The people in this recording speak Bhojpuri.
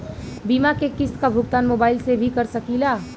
बीमा के किस्त क भुगतान मोबाइल से भी कर सकी ला?